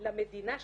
למדינה שלה,